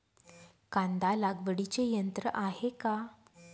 कांदा लागवडीचे यंत्र आहे का?